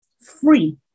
free